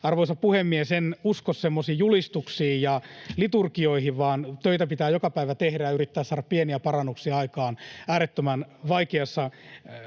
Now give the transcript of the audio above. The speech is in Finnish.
Arvoisa puhemies! En usko semmoisiin julistuksiin ja liturgioihin, vaan töitä pitää joka päivä tehdä ja yrittää saada pieniä parannuksia aikaan äärettömän vaikeassa